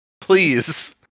Please